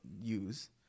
use